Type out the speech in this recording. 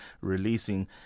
releasing